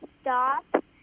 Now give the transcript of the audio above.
stop